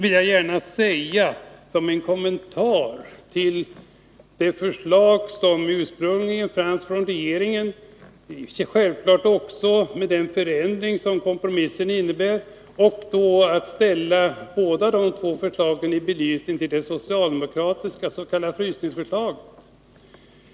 Låt mig också kommentera det förslag som regeringen ursprungligen lade fram och självfallet också det ändrade förslag som kompromissen innebär, genom att ställa dessa båda förslag mot det socialdemokratiska s.k. frysningsförslaget.